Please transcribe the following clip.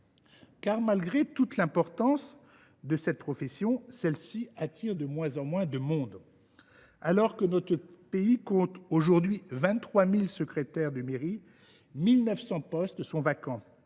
malgré toute l’importance de cette profession, celle ci attire de moins en moins. Alors que notre pays compte aujourd’hui 23 000 secrétaires de mairie, 1 900 postes ne trouvent